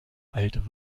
alt